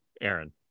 Aaron